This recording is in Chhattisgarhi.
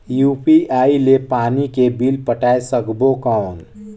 यू.पी.आई ले पानी के बिल पटाय सकबो कौन?